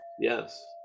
yes